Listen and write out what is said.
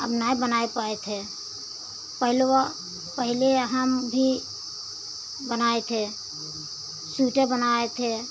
अब नए बनाए पाए थे पहलवा पहले यहाँ भी बनाए थे स्वीटर बनाए थे